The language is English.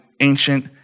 ancient